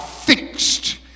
fixed